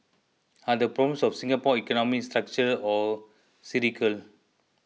are the problems of Singapore's economy structural or cyclical